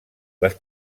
les